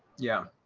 yeah,